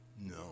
No